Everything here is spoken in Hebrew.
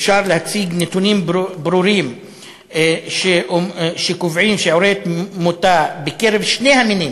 אפשר להציג נתונים ברורים שקובעים ששיעורי תמותה בקרב שני המינים